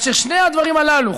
שני הדברים הללו,